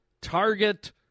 Target